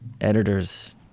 editors